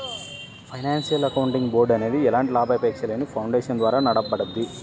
financial accounting board అనేది ఎలాంటి లాభాపేక్షలేని ఫౌండేషన్ ద్వారా నడపబడుద్ది